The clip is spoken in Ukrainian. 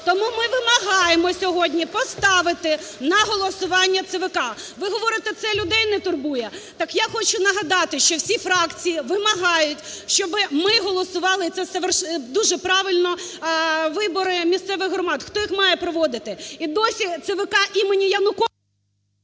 Тому ми вимагаємо сьогодні поставити на голосування ЦВК. Ви говорите, це людей не турбує. Так я хочу нагадати, що всі фракції вимагають, щоби ми голосували, це дуже правильно, вибори місцевих громад. Хто їх має проводити? І досі ЦВК імені Януковича…